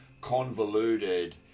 convoluted